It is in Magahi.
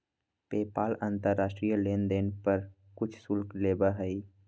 पेपाल अंतर्राष्ट्रीय लेनदेन पर कुछ शुल्क लेबा हई